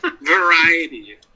Variety